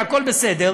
והכול בסדר.